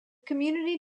community